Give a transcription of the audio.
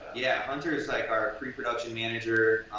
yeah, hunter is like our pre-production manager.